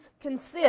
consist